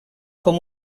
com